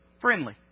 Friendly